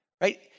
right